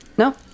No